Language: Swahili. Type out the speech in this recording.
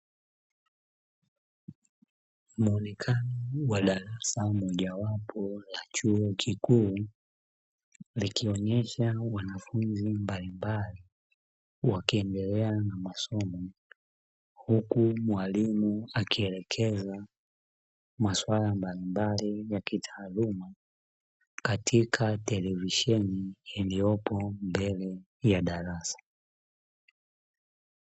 Muonekano wa darasa mojawapo la chuo kikuu likionyesha wanafunzi mbalimbali wakiendelea na masomo huku mwalimu akielekeza masuala mbalimbali ya kitaaluma katika televisheni iliyopo mbele ya darasa.